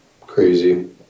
crazy